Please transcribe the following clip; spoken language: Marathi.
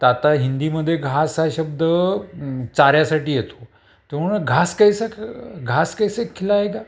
तं आता हिंदीमदे घास हा शब्द चाऱ्यासाठी येतो तर म्हणून घास कैसे घास कैसे खिलाएगा